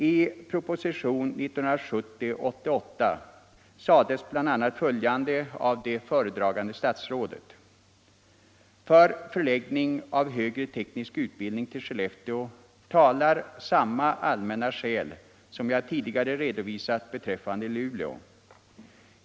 I propositionen 1970:88 anförde det föredragande statsrådet bl.a. följande: ”För förläggning av högre teknisk utbildning till Skellefteå talar samma allmänna skäl som jag tidigare redovisat beträffande Luleå.